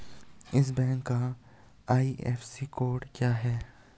इस बैंक का IFSC code क्या है?